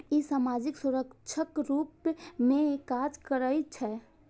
ई सामाजिक सुरक्षाक रूप मे काज करै छै